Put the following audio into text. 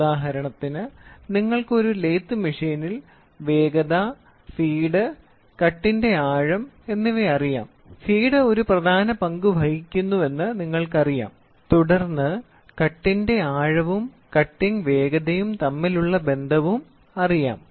ഉദാഹരണത്തിന് നിങ്ങൾക്ക് ഒരു ലേത്ത് മെഷീനിൽ വേഗത ഫീഡ് കട്ടിന്റെ ആഴം എന്നിവ അറിയാം ഫീഡ് ഒരു പ്രധാന പങ്ക് വഹിക്കുന്നുവെന്ന് നിങ്ങൾക്കറിയാം തുടർന്ന് കട്ടിന്റെ ആഴവും കട്ടിംഗ് വേഗതയും തമ്മിലുള്ള ബന്ധവും അറിയാം